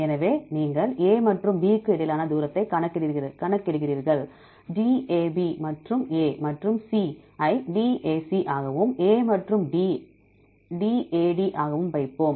எனவே நீங்கள் A மற்றும் B க்கு இடையிலான தூரத்தை கணக்கிடுகிறீர்கள் dAB மற்றும் A மற்றும் C ஐ dAC ஆகவும் A மற்றும் D dAD ஆகவும் வைப்போம்